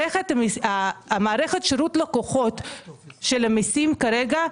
מערכת שירות הלקוחות של המיסים כרגע,